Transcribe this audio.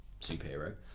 superhero